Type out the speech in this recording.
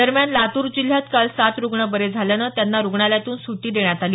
दरम्यान लातूर जिल्ह्यात काल सात रुग्ण बरे झाल्यानं त्यांना रुग्णालयातून सुटी देण्यात आली